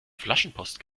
flaschenpost